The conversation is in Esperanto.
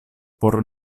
por